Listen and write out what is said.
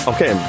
Okay